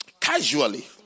casually